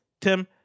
Tim